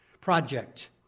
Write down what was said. project